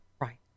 Right